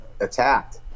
attacked